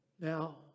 Now